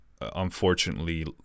unfortunately